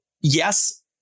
yes